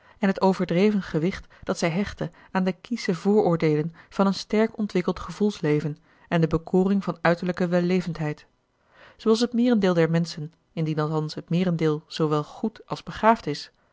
en het overdreven gewicht dat zij hechtte aan de kiesche vooroordeelen van een sterk ontwikkeld gevoelsleven en de bekoring van uiterlijke wellevendheid zooals het meerendeel der menschen indien althans het meerendeel zoowel goed als begaafd is